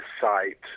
site